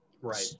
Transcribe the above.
Right